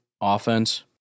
offense